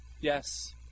Yes